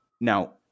Now